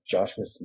Joshua